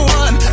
one